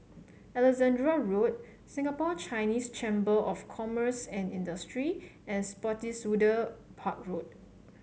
Alexandra Road Singapore Chinese Chamber of Commerce and Industry and Spottiswoode Park Road